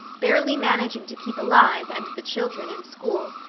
barely managing to keep alive, and the children in school.